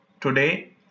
today